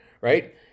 right